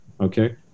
Okay